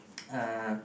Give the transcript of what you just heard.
uh